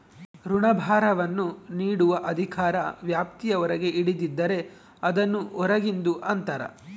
ಋಣಭಾರವನ್ನು ನೀಡುವ ಅಧಿಕಾರ ವ್ಯಾಪ್ತಿಯ ಹೊರಗೆ ಹಿಡಿದಿದ್ದರೆ, ಅದನ್ನು ಹೊರಗಿಂದು ಅಂತರ